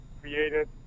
created